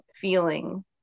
feeling